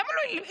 למה לא הצלחת?